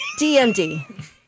DMD